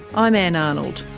i'm ann arnold.